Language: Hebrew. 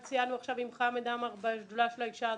שציינו עכשיו עם חמד עמאר והשדולה של האישה הדרוזית,